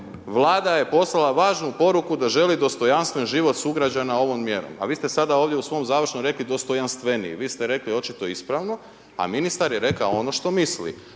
Vlada je poslala važnu poruku da želi dostojanstven život sugrađana ovom mjerom, a vi ste sada ovdje u svom završnom rekli dostojanstveniji, vi ste rekli očito ispravno, a ministar je rekao ono što misli,